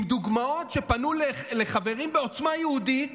עם דוגמאות שפנו לחברים בעוצמה יהודית,